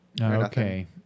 Okay